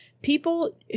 People